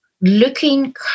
Looking